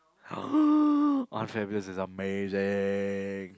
Unfabulous is amazing